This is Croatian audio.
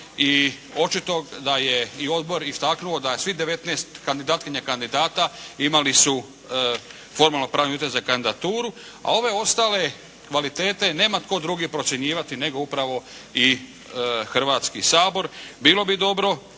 i očito da je i odbor istaknuo da svih 19 kandidatkinja i kandidata imali su formalno-pravni uvjet za kandidaturu. A ove ostale kvalitete nema tko drugi procjenjivati, nego upravo i Hrvatski sabor. Bilo bi dobro